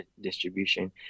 distribution